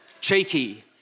cheeky